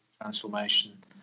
transformation